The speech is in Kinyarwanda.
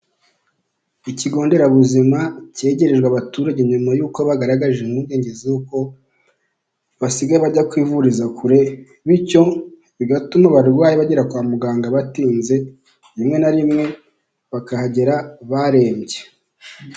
Ikigo nderabuzima kegerejwe abaturage nyuma y'uko bagaragaje impungenge z'uko basigaye bajya kwivuriza kure, bityo bigatuma abarwayi bagera kwa muganga batinze, rimwe na rimwe bakahagera barembye.